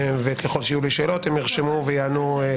ככל שיהיו לי שאלות, הם יענו בהמשך.